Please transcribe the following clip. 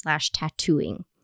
tattooing